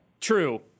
True